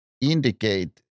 indicate